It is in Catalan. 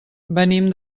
venim